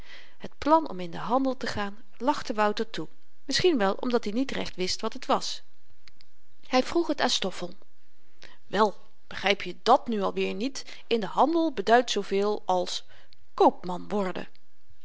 het plan om in den handel te gaan lachte wouter toe misschien wel omdat i niet recht wist wat het was hy vroeg t aan stoffel wel begryp je dàt nu alweer niet in den handel beduidt zooveel als